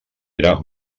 era